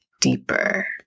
deeper